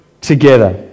together